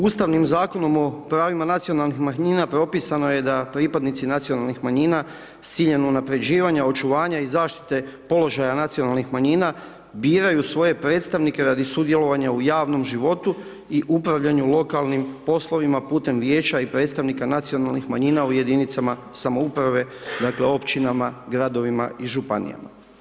Ustavnim zakonom o pravima nacionalnih manjina propisano je da pripadnici nacionalnih manjina s ciljem unapređivanja, očuvanja i zaštite položaja nacionalnih manjina, biraju svoje predstavnike radi sudjelovanja u javnom životu i upravljanju lokalnim poslovima putem vijeća i predstavnika nacionalnih manjina u jedinicama samouprave, dakle, općinama, gradovima i županijama.